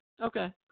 okay